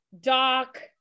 Doc